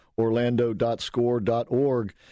Orlando.score.org